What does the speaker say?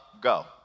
go